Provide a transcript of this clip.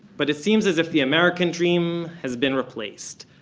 but it seems as if the american dream has been replaced.